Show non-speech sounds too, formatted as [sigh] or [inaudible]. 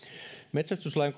metsästyslain [unintelligible]